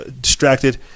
distracted